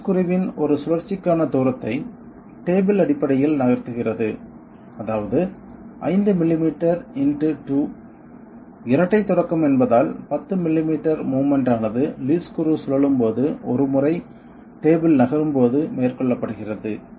lead ஸ்க்ரூவின் ஒரு சுழற்சிக்கான தூரத்தை டேபிள் அடிப்படையில் நகர்த்துகிறது அதாவது 5 மில்லிமீட்டர் × 2 இரட்டை தொடக்கம் என்பதால் 10 மில்லிமீட்டர் மோவ்மென்ட் ஆனது லீட் ஸ்க்ரூ சுழலும் போது ஒருமுறை டேபிள் நகரும் போது மேற்கொள்ளப்படுகிறது